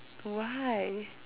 why